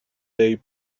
day